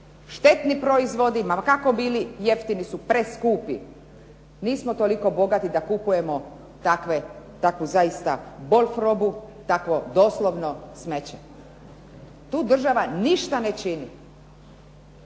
Štetni proizvodi, ma kako bili jeftini su preskupi. Nismo toliko bogati da kupujemo takvu zaista bolf robu, takvo doslovno smeće. Tu država ništa ne čini.